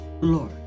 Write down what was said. Lord